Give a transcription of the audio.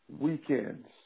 weekends